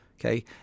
Okay